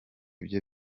byo